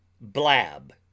Blab